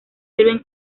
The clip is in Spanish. sirven